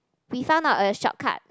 be fun not a shortcut